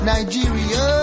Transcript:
Nigeria